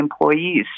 employees